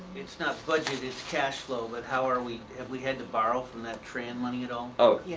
it's not budget it's cash flow. but how are we have we had to borrow from that tran money at all? oh.